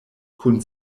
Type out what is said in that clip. kun